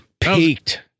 Peaked